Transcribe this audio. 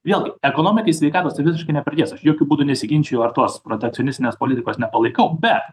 vėlgi ekonomikai sveikatos tai visiškai nepridės aš jokiu būdu nesiginčiju ar tos protekcionistinės politikos nepalaikau bet